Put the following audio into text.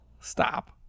stop